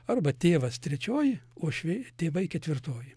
arba tėvas trečioji uošviai tėvai ketvirtoji